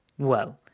well,